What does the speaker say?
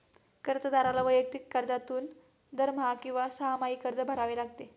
कर्जदाराला वैयक्तिक कर्जातून दरमहा किंवा सहामाही कर्ज भरावे लागते